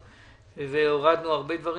מאוד מודה לכם ואני מבקש,